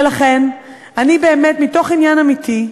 ולכן אני, באמת, מתוך עניין אמיתי,